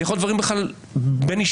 זה יכול להיות אפילו דברים בין-אישיים,